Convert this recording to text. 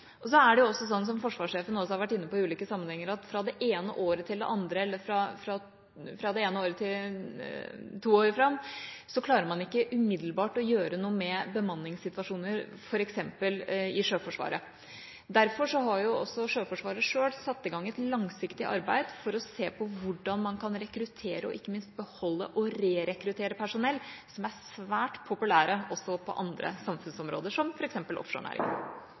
Det er også sånn at man – som også forsvarsjefen har vært inne på i ulike sammenhenger – fra det ene året til to år framover i tid ikke klarer umiddelbart å gjøre noe med bemanningssituasjoner, f.eks. i Sjøforsvaret. Derfor har Sjøforsvaret selv satt i gang et langsiktig arbeid for å se på hvordan man kan rekruttere, og ikke minst beholde og rerekruttere, personell som er svært populære også på andre samfunnsområder, som